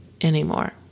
anymore